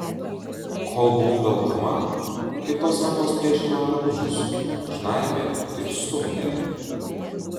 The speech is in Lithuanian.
kol buvau velkama piktos rankos plėšė man drabužius žnaibė ir stumdė